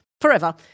forever